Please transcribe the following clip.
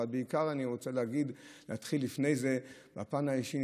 אבל בעיקר אני רוצה להתחיל לפני זה מהפן האישי: